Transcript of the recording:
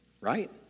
right